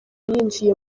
yinjiye